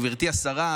גברתי השרה,